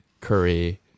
Curry